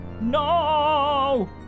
No